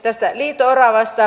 tästä liito oravasta